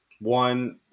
One